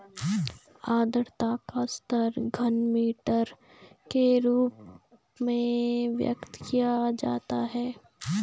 आद्रता का स्तर घनमीटर के रूप में व्यक्त किया जाता है